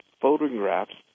photographs